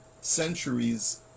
centuries